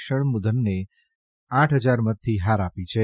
શણમુઘમને આઠ હજાર મતથી હાર આપી છે